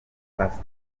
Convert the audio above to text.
pastor